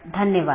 धन्यवाद